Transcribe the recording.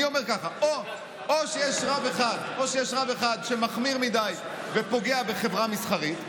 אני אומר: או שיש רב אחד שמחמיר מדי ופוגע בחברה מסחרית,